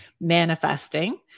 manifesting